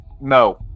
no